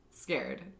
scared